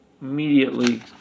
Immediately